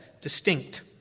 distinct